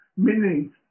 Meaning